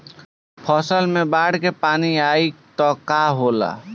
फसल मे बाढ़ के पानी आई त का होला?